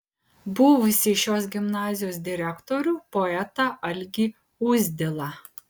buvusį šios gimnazijos direktorių poetą algį uzdilą